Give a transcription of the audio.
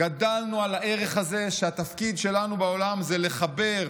גדלנו על הערך הזה שהתפקיד שלנו בעולם זה לחבר,